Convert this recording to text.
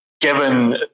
Given